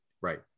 Right